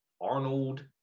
Arnold